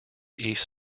east